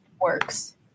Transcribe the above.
works